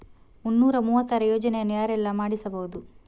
ಮುನ್ನೂರ ಮೂವತ್ತರ ಯೋಜನೆಯನ್ನು ಯಾರೆಲ್ಲ ಮಾಡಿಸಬಹುದು?